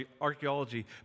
archaeology